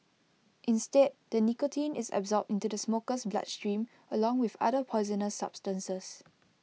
instead the nicotine is absorbed into the smoker's bloodstream along with other poisonous substances